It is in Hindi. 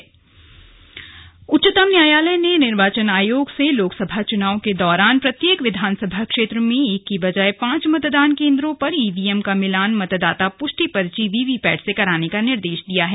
उच्चतम न्यायालय उच्चतम न्यायालय ने निर्वाचन आयोग से लोकसभा चुनाव के दौरान प्रत्येक विधानसभा क्षेत्र में एक की बजाय पांच मतदान केन्द्रों पर ईवीएम का मिलान मतदाता पुष्टि पर्ची वीवीपैट से कराने का निर्देश दिया है